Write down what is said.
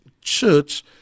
church